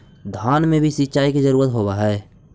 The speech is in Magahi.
धान मे भी सिंचाई के जरूरत होब्हय?